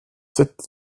sept